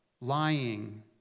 lying